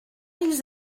ils